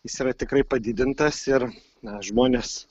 jis yra tikrai padidintas ir na žmonės